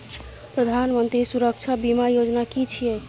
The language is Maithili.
प्रधानमंत्री सुरक्षा बीमा योजना कि छिए?